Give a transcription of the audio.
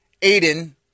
Aiden